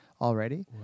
already